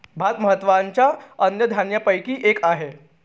भात महत्त्वाच्या अन्नधान्यापैकी एक आहे